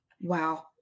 Wow